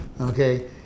okay